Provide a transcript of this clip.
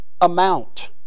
amount